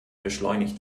beschleunigt